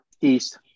East